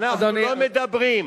אנחנו לא מדברים,